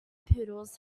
poodles